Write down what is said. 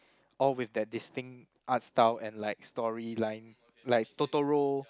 all with that distinct art style and like storyline like Totoro